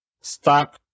stop